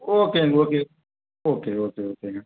ஓகேங்க okay okay okay ஓகேங்க